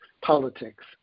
politics